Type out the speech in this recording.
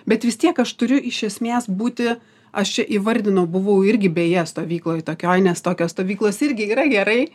bet vis tiek aš turiu iš esmės būti aš čia įvardino buvau irgi beje stovykloj tokioj nes tokios stovyklos irgi yra gerai